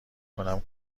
کنم